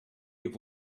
have